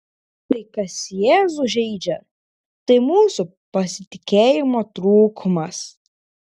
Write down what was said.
tai kas jėzų žeidžia tai mūsų pasitikėjimo trūkumas